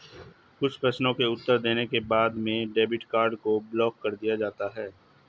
कुछ प्रश्नों के उत्तर देने के बाद में डेबिट कार्ड को ब्लाक कर दिया जाता है